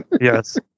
yes